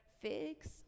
figs